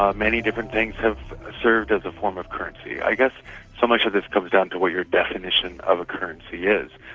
ah many different things have served as a form of currency. i guess so much of this comes down to what your definition of a currency is.